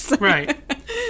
Right